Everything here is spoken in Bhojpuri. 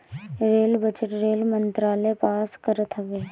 रेल बजट रेल मंत्रालय पास करत हवे